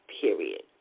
period